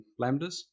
Lambdas